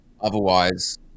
otherwise